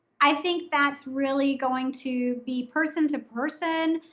i think that's really going to be person to person.